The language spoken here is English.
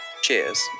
Cheers